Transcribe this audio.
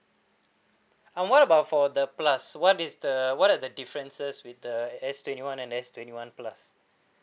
uh what about for the plus what is the what are the differences with the S twenty one and S twenty one plus